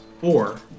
four